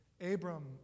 Abram